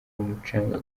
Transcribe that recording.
umucanga